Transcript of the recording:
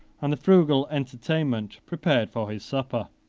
and the frugal entertainment prepared for his supper.